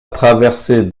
traversée